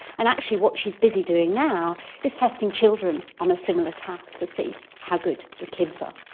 and actually what she's busy doing now is testing children on a similar task to see how good the kids are.